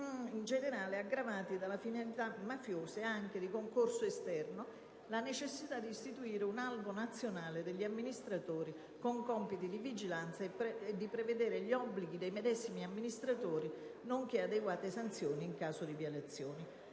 a quelli aggravati della finalità mafiosa, e anche di concorso esterno, la necessità di istituire un albo nazionale degli amministratori con compiti di vigilanza e di prevedere gli obblighi dei medesimi amministratori nonché adeguate sanzioni in caso di violazioni.